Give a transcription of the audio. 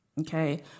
Okay